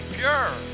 pure